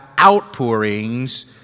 outpourings